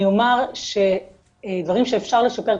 אני אומר דברים שאפשר לשפר,